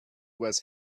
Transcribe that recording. was